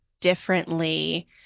differently